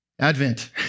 Advent